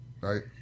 Right